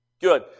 Good